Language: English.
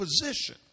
position